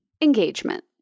Engagement